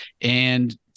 And-